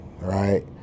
right